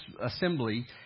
assembly